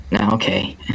Okay